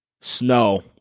snow